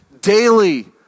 daily